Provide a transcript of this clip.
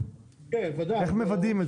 איך מוודאים את זה?